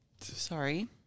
Sorry